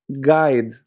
guide